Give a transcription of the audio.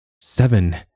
Seven